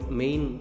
main